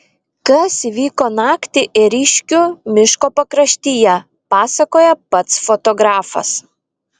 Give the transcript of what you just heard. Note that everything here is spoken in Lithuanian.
kas įvyko naktį ėriškių miško pakraštyje pasakoja pats fotografas